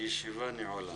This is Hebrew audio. הישיבה נעולה.